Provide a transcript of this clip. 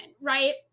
right